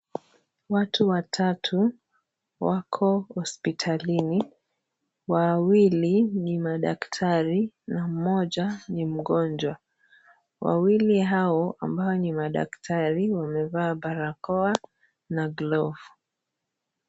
Watu watatu wako hospitalini, wawili ni madaktari na mmoja ni mgonjwa. Wawili hao ambao ni madaktari wamevaa barakoa na glavu.